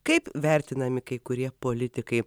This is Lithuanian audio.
kaip vertinami kai kurie politikai